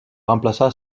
remplaça